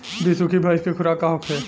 बिसुखी भैंस के खुराक का होखे?